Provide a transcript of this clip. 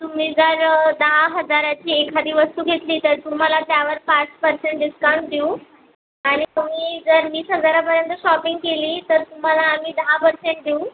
तुम्ही जर दहा हजाराची एखादी वस्तू घेतली तर तुम्हाला त्यावर पाच परसेंट डिस्काउंट देऊ आणि तुम्ही जर वीस हजारापर्यंत शॉपिंग केली तर तुम्हाला आम्ही दहा परसेंट देऊ